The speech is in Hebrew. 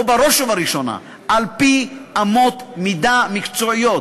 או בראש ובראשונה, על-פי אמות מידה מקצועיות.